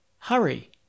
Hurry